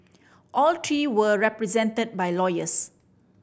all three were represented by lawyers